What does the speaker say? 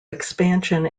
expansion